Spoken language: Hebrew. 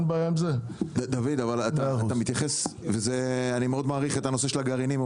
אבל אתה מתייחס ואני מאוד מעריך את הנושא של הגרעינים,